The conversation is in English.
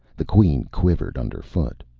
the queen quivered underfoot.